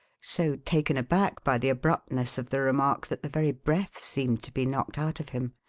so taken aback by the abruptness of the remark that the very breath seemed to be knocked out of him.